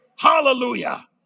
Hallelujah